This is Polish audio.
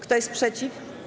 Kto jest przeciw?